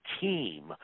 team